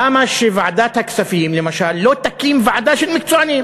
למה שוועדת הכספים למשל לא תקים ועדה של מקצוענים?